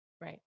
Right